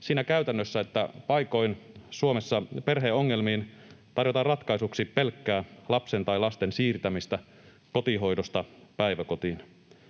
siinä käytännössä, että paikoin Suomessa perheongelmiin tarjotaan ratkaisuksi pelkkää lapsen tai lasten siirtämistä kotihoidosta päiväkotiin.